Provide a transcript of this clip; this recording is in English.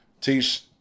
teach